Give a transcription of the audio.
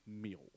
meal